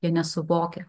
jie nesuvokia